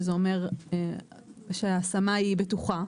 שזה אומר שההשמה היא בטוחה.